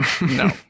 no